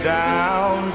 down